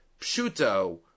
Pshuto